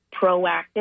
proactive